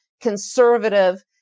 conservative